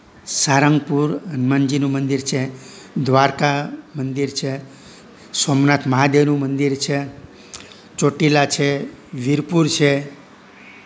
સાળંગપુર હનુમાનજીનું મંદિર છે દ્વારકા મંદિર છે સોમનાથ મહાદેવનું મંદિર છે ચોટીલા છે વીરપુર છે